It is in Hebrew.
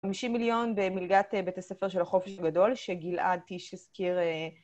50 מיליון במלגת בית הספר של החופש הגדול שגלעד קיש הזכיר האאא...